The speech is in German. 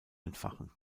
entfachen